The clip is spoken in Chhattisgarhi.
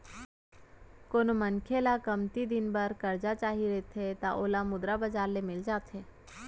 कोनो मनखे ल कमती दिन बर करजा चाही रहिथे त ओला मुद्रा बजार ले मिल जाथे